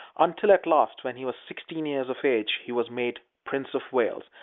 until at last, when he was sixteen years of age, he was made prince of wales,